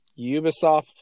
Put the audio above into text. Ubisoft